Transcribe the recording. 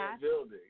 building